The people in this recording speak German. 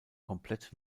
komplett